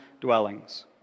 dwellings